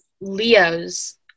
Leo's